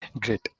Great